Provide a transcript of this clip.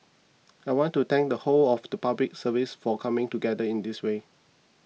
I want to thank the whole of the Public Service for coming together in this way